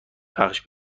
پخش